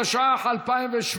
התשע"ח 2017,